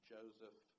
Joseph